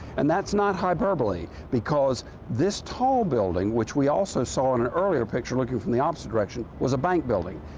and that's not hyperbole because this tall building, which we also saw in an earlier picture looking from the opposite direction, was a bank building.